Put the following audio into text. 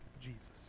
Jesus